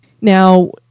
Now